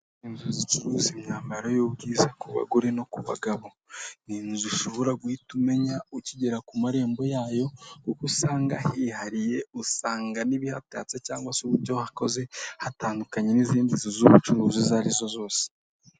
Inzu zicuruza imyambaro y'ubwiza ku bagore no ku bagabo, ni inzu ushobora guhita umenya ukigera ku marembo yayo kuko usanga hihariye usanga n'ibihatatse cyangwa se uburyo hakoze hatandukanye n'izindi nzu z'ubucuruzi izo arizo zose.